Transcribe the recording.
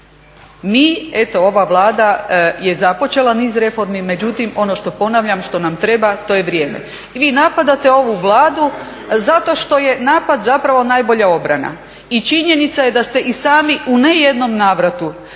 Mi, eto ova Vlada je započela niz reformi, međutim ono što ponavljam što nam treba to je vrijeme. vi napadate ovu Vladu zato što je napad najbolja obrana i činjenica je da ste i sami u ne jednom navratu